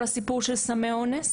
כל הסיפור של סמי אונס